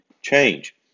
change